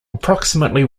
approximately